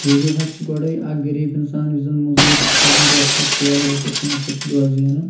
وُجوٗہات چھِ گۄڈٔے اَکھ غریٖب اِنسان یُس زَن مُزوٗرۍ چھُ کران رۄپیَس ژور ہَتھ رۄپیَس پانٛژھ ہَتھ چھُ دۄہَس زینان